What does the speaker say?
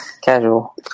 casual